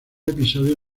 episodio